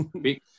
Big